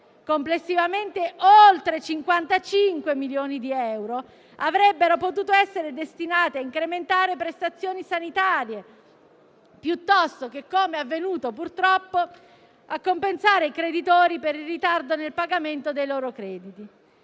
(complessivamente oltre 55 milioni di euro) avrebbero potuto essere destinate a incrementare prestazioni sanitarie piuttosto che - come purtroppo è avvenuto - a compensare i creditori per il ritardo nel pagamento dei loro crediti.